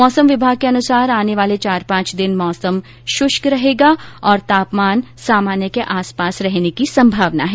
मौसम विभाग के अनुसार आने वाले चार पांच दिन मौसम शुष्क रहेगा और तापमान सामान्य के आस पास रहने की संभावना है